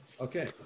Okay